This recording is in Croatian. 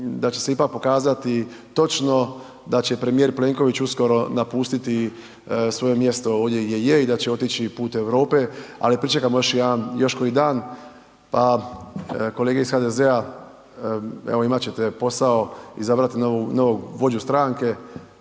da će se ipak pokazati točno da će premijer Plenković uskoro napustiti svoje mjesto ovdje gdje je i da će otići put Europe, ali pričekajmo još jedan, još koji dan, pa kolege iz HDZ-a evo imat evo imat ćete posao izabrati novog vođu stranke,